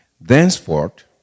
thenceforth